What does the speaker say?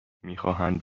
میخواهند